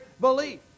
belief